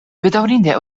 bedaŭrinde